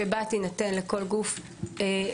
שבה יינתן לכל גוף זמן.